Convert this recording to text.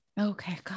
Okay